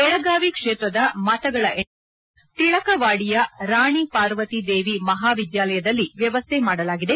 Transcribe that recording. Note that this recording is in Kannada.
ಬೆಳಗಾವಿ ಕ್ಷೇತ್ರದ ಮತಗಳ ಎಣಿಕೆಗೆ ನಗರದ ಟಳಕವಾಡಿಯ ರಾಣಿ ಪಾರ್ವತಿ ದೇವಿ ಮಹಾವಿದ್ಯಾಲಯದಲ್ಲಿ ವ್ಯವಸ್ಥೆ ಮಾಡಲಾಗಿದೆ